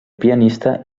pianista